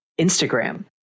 Instagram